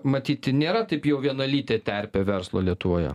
matyt nėra taip jau vienalytė terpė verslo lietuvoje